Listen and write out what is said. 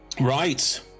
Right